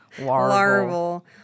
larval